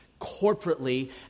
corporately